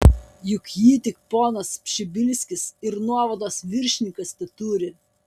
juk jį tik ponas pšibilskis ir nuovados viršininkas teturi